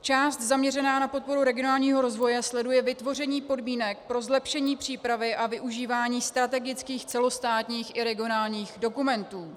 Část zaměřená na podporu regionálního rozvoje sleduje vytvoření podmínek pro zlepšení přípravy a využívání strategických celostátních i regionálních dokumentů.